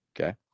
Okay